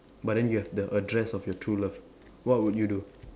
but then you have the address of your true love what would you do